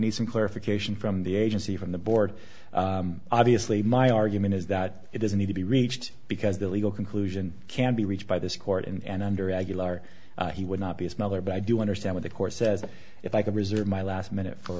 need some clarification from the agency from the board obviously my argument is that it doesn't need to be reached because the legal conclusion can be reached by this court and under aguilar he would not be as mother but i do understand what the court says if i can reserve my last minute for